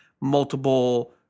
Multiple